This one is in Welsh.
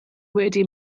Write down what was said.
wedi